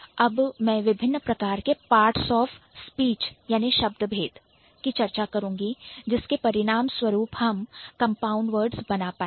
अब मैं विभिन्न प्रकार के Parts of Speech parts of speech शब्द भेद की चर्चा करूंगी जिसके परिणामस्वरूप हम Compound words कंपाउंड वर्ड्स बना पाएंगे